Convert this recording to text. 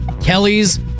Kelly's